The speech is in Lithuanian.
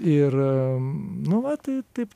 ir nu va tai taip čia